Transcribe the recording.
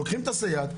לוקחים את הסייעת,